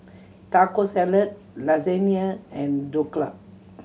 Taco Salad Lasagna and Dhokla